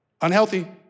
Unhealthy